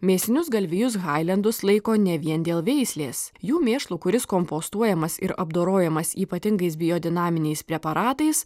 mėsinius galvijus hailendus laiko ne vien dėl veislės jų mėšlu kuris kompostuojamas ir apdorojamas ypatingais biodinaminiais preparatais